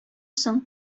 соң